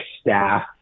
staff